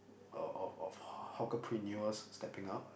of of hawker prenius stepping up